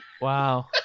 Wow